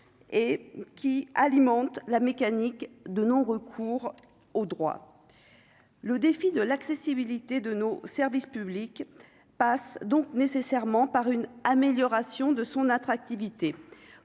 et qui alimente la mécanique de non-recours aux droits le défi de l'accessibilité de nos services publics passe donc nécessairement par une amélioration de son attractivité